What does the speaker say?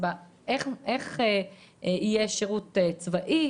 איך יראה שירות צבאי,